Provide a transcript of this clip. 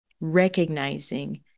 recognizing